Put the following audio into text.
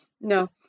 no